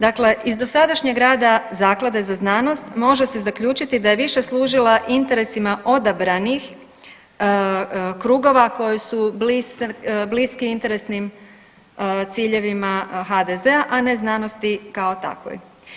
Dakle, iz dosadašnjeg rada zaklade za znanost može se zaključiti da je više služila interesima odabranih krugova koji su bliski interesnim ciljevima HDZ-a, a ne znanosti kao takvoj.